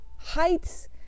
Heights